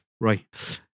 Right